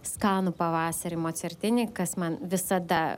skanų pavasarį mocertinį kas man visada